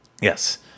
yes